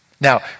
Now